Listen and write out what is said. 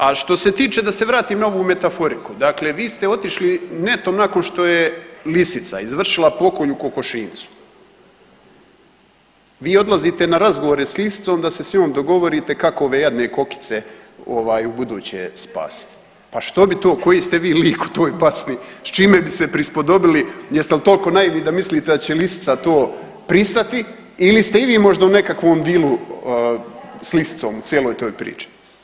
A što se tiče, da se vratim na ovu metaforiku, dakle vi ste otišli netom nakon što je lisica izvršila pokolj u kokošinjcu, vi odlazite na razgovore s lisicom da se s njom dogorite kako ove jadne kokice ovaj ubuduće spasiti, pa što bi to, koji ste vi lik u toj basni, s čime bi se prispodobili, jeste li toliko naivni da mislite da će lisica to pristati ili ste i vi možda u nekakvom dilu s lisicom u cijeloj toj priči.